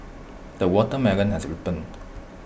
the watermelon has ripened